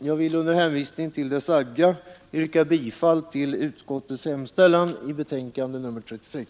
Jag vill under hänvisning till det sagda yrka bifall till utskottets hemställan i betänkandet nr 36.